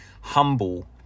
humble